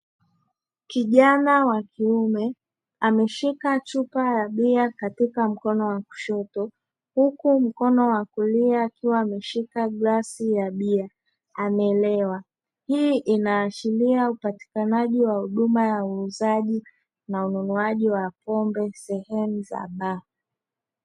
kijana wa kiume ameshika chupa ya bia katika mkono wa kushoto, huku mkono wa kulia akiwa ameshika glasi ya bia ameelewa. Hii inaashiria upatikanaji wa huduma ya uuzaji na ununuaji wa pombe sehemu za baa.